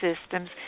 systems